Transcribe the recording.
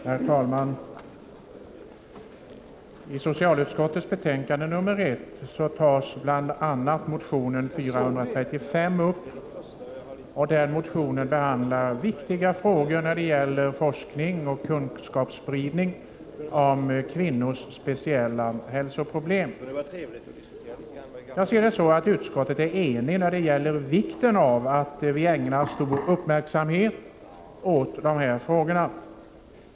Herr talman! I socialutskottets betänkande 1 tas bl.a. motion 435 upp. Den motionen behandlar viktiga frågor beträffande forskning och kunskapsspridning om kvinnors speciella hälsoproblem. Utskottet är enigt i fråga om vikten av att vi ägnar stor uppmärksamhet åt dessa frågor.